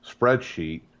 spreadsheet